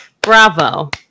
bravo